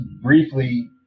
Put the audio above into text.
briefly